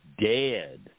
dead